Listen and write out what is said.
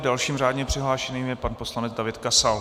Dalším řádně přihlášeným je pan poslanec David Kasal.